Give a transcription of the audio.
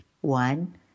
One